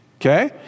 okay